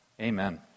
Amen